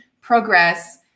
progress